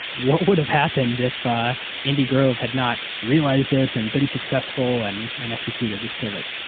what would have happened if ah andy grove had not realized this, and been successful, and and executed this pivot?